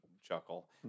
chuckle